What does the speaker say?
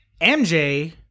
MJ